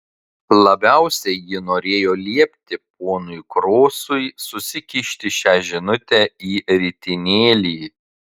labiausiai ji norėjo liepti ponui krosui susikišti šią žinutę į ritinėlį